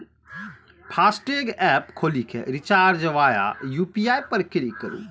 FASTag app खोलि कें recharge via UPI पर क्लिक करू